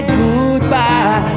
goodbye